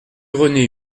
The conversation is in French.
rené